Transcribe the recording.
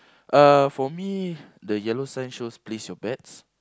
uh for me the yellow sign shows place your bets